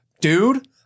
Dude